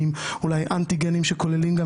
בסוף צריך לראות את